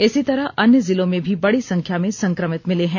इसी तरह अन्य जिलों में भी बड़ी संख्या में संक्रमित मिले हैं